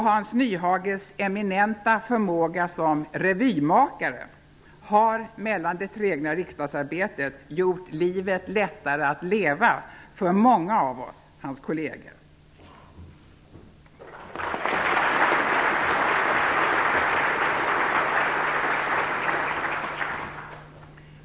Hans Nyhages eminenta förmåga som revymakare har -- mellan det trägna riksdagsarbetet -- gjort livet lättare att leva för många av oss, hans kolleger.